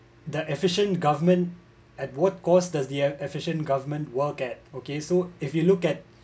the efficient government at what cost does the ef~ efficient government were get okay so if you look